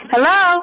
Hello